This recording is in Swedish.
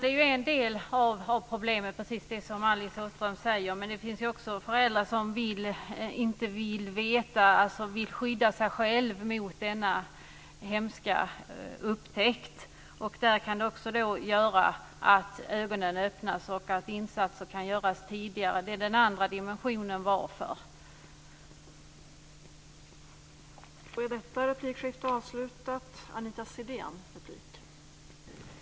Fru talman! Det som Alice Åström talar om är ju en del av problemet, men det finns också föräldrar som inte vill veta, som vill skydda sig själva mot denna hemska upptäckt. I de fallen kan det här göra att ögonen öppnas och att insatser kan göras tidigare. Det är den andra delen av svaret på frågan varför man ska göra det här.